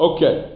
Okay